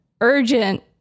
urgent